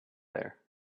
there